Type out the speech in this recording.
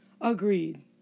agreed